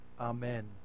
Amen